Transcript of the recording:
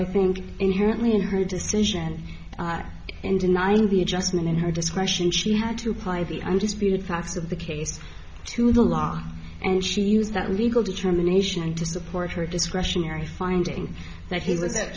i think inherently in her decision in denying the adjustment in her discretion she had to play the undisputed facts of the case to the law and she used that legal determination to support her discretionary finding that he w